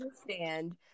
understand